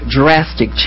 drastic